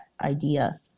idea